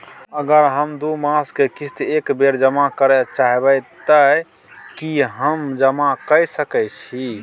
अगर हम दू मास के किस्त एक बेर जमा करे चाहबे तय की हम जमा कय सके छि?